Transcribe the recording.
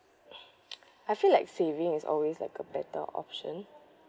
I feel like saving is always like a better option